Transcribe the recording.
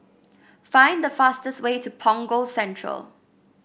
find the fastest way to Punggol Central